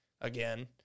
again